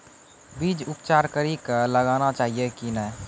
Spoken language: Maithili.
बीज उपचार कड़ी कऽ लगाना चाहिए कि नैय?